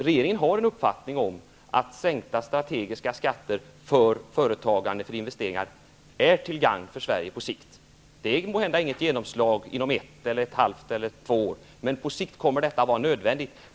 Regeringens uppfattning är att sänkta strategiska skatter för företagande och investeringar är till gagn för Sverige på sikt. Det ger måhända inget genomslag inom kanske ett halvt upp till två år, men på sikt kommer sänkningarna att vara nödvändiga.